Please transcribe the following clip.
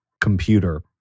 computer